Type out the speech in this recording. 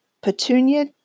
Petunia